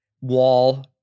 Wall